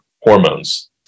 hormones